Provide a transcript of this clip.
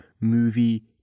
movie